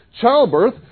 Childbirth